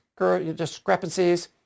discrepancies